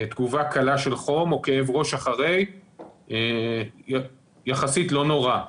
תגובה קלה של חום או כאב ראש אחרי יחסית לא נורא,